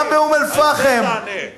גם באום-אל-פחם,